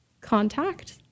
contact